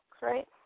right